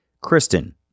Kristen